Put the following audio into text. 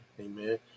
amen